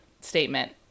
statement